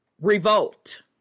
Revolt